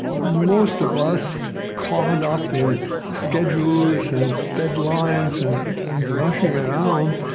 most of us caught up in schedules and deadlines and and rushing around,